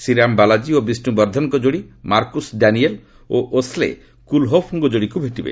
ଶ୍ରୀରାମ ବାଲାଜୀ ଓ ବିଷ୍ଣୁ ବର୍ଦ୍ଧନଙ୍କ ଯୋଡ଼ି ମାର୍କୁସ୍ ଡାନିଏଲ୍ ଓ ଓସ୍ଲେ କୁଲ୍ହୋଫ୍ଙ୍କ ଯୋଡ଼ିକୁ ଭେଟିବ